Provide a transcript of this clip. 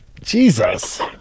Jesus